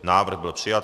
Návrh byl přijat.